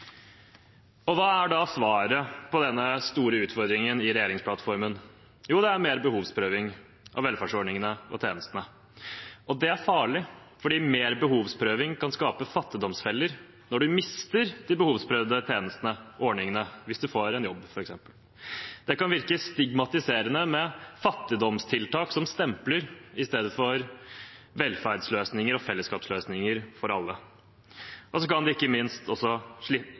pinlig. Hva er svaret i regjeringsplattformen på denne store utfordringen? Jo, det er mer behovsprøving av velferdsordningene og tjenestene. Det er farlig, for mer behovsprøving kan skape fattigdomsfeller når man mister de behovsprøvde tjenestene og ordningene, f.eks. hvis man får en jobb. Det kan virke stigmatiserende med fattigdomstiltak som stempler, i stedet for velferdsløsninger og fellesskapsløsninger for alle. Det kan ikke minst også